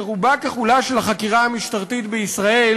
שרובה ככולה של החקירה המשטרתית בישראל